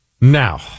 Now